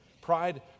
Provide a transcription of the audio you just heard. Pride